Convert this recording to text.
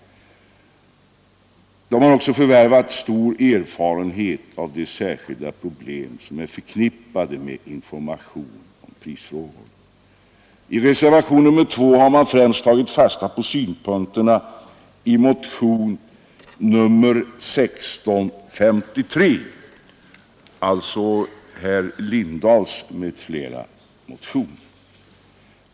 Nämnden har också förvärvat stor erfarenhet av de särskilda problem som är förknippade med information i prisfrågor. I reservationen 2 har man främst tagit fasta på synpunkterna i motionen 1653, alltså motionen av herr Lindahl m.fl.